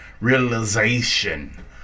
realization